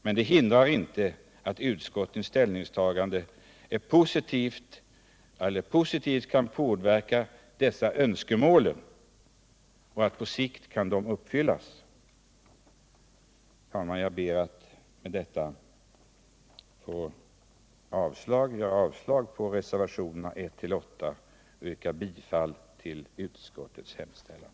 Men det hindrar inte att utskottets ställningstagande positivt kan påverka de önskemål som framförts och att dessa på sikt kan komma att uppfyllas. Herr talman! Jag ber att med detta få yrka avslag på reservationerna 1-8 och bifall till utskottets hemställan.